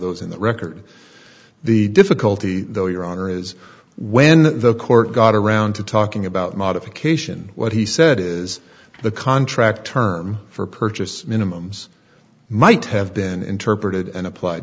those in the record the difficulty though your honor is when the court got around to talking about modification what he said is the contract term for purchase minimum might have been interpreted and applied